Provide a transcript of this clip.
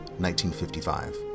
1955